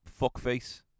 Fuckface